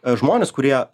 žmones kurie